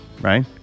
right